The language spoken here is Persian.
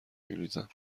میریزم